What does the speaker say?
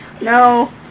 no